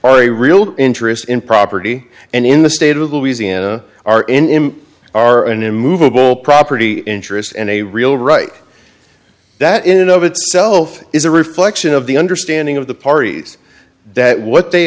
a real interest in property and in the state of louisiana are in him are an immovable property interest and a real right that in of itself is a reflection of the understanding of the parties that what they